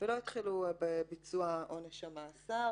ולא התחילו בביצוע עונש המאסר.